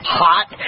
hot